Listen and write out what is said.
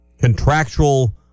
contractual